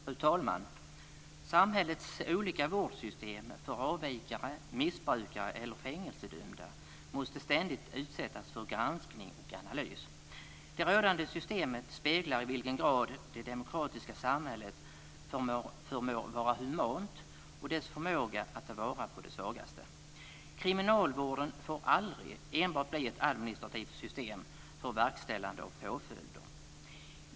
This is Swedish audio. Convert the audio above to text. Fru talman! Samhällets olika vårdsystem för avvikare, missbrukare eller fängelsedömda måste ständigt utsättas för granskning och analys. Det rådande systemet speglar i vilken grad det demokratiska samhället förmår vara humant och dess förmåga att ta vara på de svagaste. Kriminalvården får aldrig enbart bli ett administrativt system för verkställande av påföljder.